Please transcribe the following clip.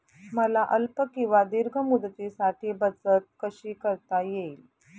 मला अल्प किंवा दीर्घ मुदतीसाठी बचत कशी करता येईल?